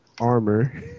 armor